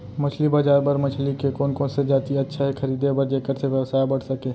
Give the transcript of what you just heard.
मछली बजार बर मछली के कोन कोन से जाति अच्छा हे खरीदे बर जेकर से व्यवसाय बढ़ सके?